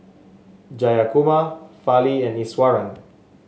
Jayakumar Fali and Iswaran